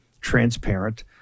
transparent